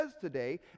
today